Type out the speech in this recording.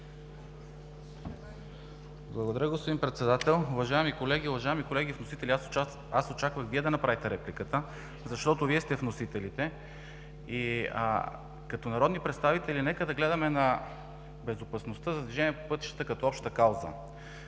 Благодаря, господин Председател. Уважаеми колеги, уважаеми колеги вносители! Аз очаквах Вие да направите репликата, защото Вие сте вносителите. Като народни представители нека да гледаме на безопасността за движение по пътищата като обща кауза.